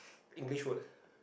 English word